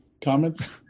comments